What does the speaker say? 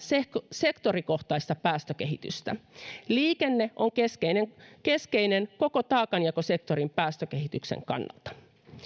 sektorikohtaista päästökehitystä liikenne on keskeinen keskeinen koko taakanjakosektorin päästökehityksen kannalta